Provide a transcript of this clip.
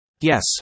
Yes